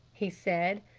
he said.